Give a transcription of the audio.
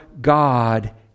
God